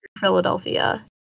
Philadelphia